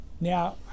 Now